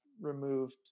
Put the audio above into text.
removed